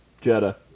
Jetta